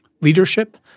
leadership